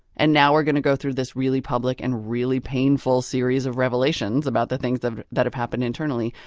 and now we're going to go through this really public and really painful series of revelations about the things that that have happened internally.